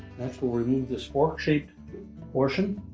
next, we'll remove this fork-shaped portion.